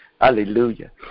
Hallelujah